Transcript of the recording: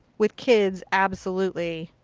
with kids absolutely.